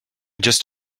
just